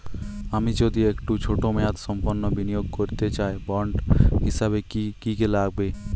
আমি যদি একটু ছোট মেয়াদসম্পন্ন বিনিয়োগ করতে চাই বন্ড হিসেবে কী কী লাগবে?